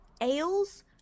ales